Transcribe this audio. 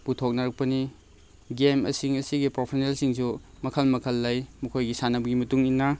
ꯄꯨꯊꯣꯛꯅꯔꯛꯄꯅꯤ ꯒꯦꯝꯁꯤꯡ ꯑꯁꯤꯒꯤ ꯄ꯭ꯔꯣꯐꯣꯅꯦꯜꯁꯤꯡꯁꯨ ꯃꯈꯜ ꯃꯈꯜ ꯂꯩ ꯃꯈꯣꯏꯒꯤ ꯁꯥꯟꯅꯕꯒꯤ ꯃꯇꯨꯡ ꯏꯟꯅ